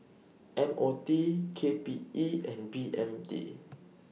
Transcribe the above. M O T K P E and B M T